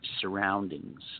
surroundings